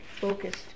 focused